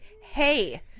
hey